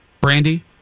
Brandy